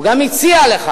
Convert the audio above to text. הוא גם הציע לך